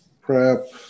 prep